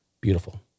beautiful